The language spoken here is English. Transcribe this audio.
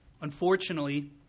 Unfortunately